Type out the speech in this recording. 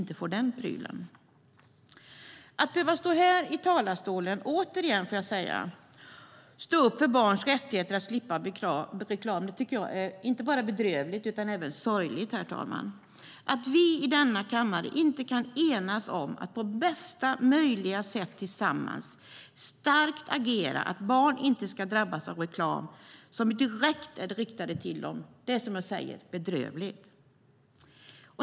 Att - återigen, vill jag säga - behöva stå i talarstolen och stå upp för barns rättighet att slippa reklam är inte bara bedrövligt utan också sorgligt, herr talman. Att vi i denna kammare inte kan enas om att tillsammans på bästa möjliga sätt starkt agera för att barn inte ska drabbas av reklam som är direkt riktad till dem är, som sagt, bedrövligt.